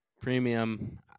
Premium